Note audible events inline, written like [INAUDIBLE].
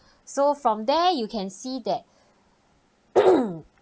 so from there you can see that [COUGHS]